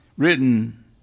written